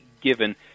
given